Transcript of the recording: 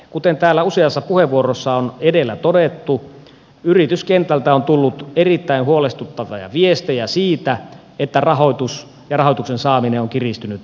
kuten täällä useassa puheenvuorossa on edellä todettu yrityskentältä on tullut erittäin huolestuttavia viestejä siitä että rahoituksen saaminen on kiristynyt oleellisesti